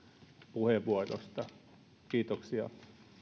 puheenvuorosta kiitoksia